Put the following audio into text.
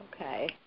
Okay